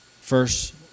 First